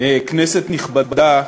כנסת נכבדה,